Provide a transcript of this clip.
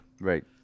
Right